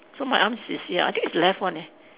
so my arm is ya I think is left one eh